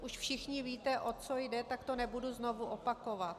Už všichni víte, o co jde, tak to nebudu znovu opakovat.